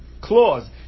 clause